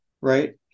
right